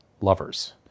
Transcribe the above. lovers